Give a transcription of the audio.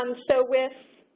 um so with